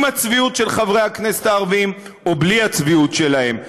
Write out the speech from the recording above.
עם הצביעות של חברי הכנסת הערבים או בלי הצביעות שלהם.